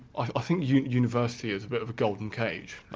i think university is a bit of a golden cage,